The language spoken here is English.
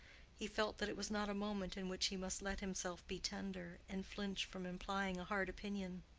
he felt that it was not a moment in which he must let himself be tender, and flinch from implying a hard opinion.